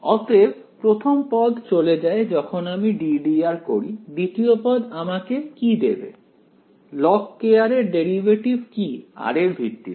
অতএব প্রথম পদ চলে যায় যখন আমি ddr করি দ্বিতীয় পদ আমাকে কি দেবে log এর ডেরিভেটিভ কি r এর ভিত্তিতে